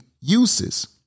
uses